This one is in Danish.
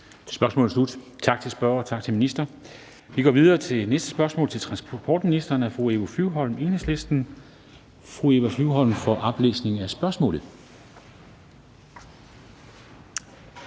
Spørgsmålet er slut. Tak til spørger, tak til minister. Vi går videre til næste spørgsmål til transportministeren af fru Eva Flyvholm, Enhedslisten. Kl. 14:09 Spm.